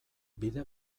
bide